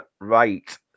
Right